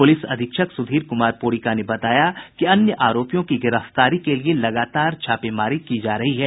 police अधीक्षक सुधीर कुमार पोरिका ने बताया कि अन्य आरोपियों की गिरफ्तारी के लिये लगातार छापेमारी की जा रही है